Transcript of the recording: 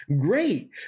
great